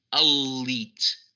elite